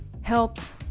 helps